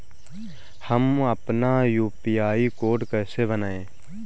हम अपना UPI code कैसे बनाएँ?